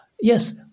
yes